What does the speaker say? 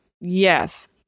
Yes